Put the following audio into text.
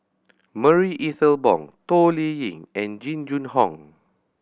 Marie Ethel Bong Toh Liying and Jing Jun Hong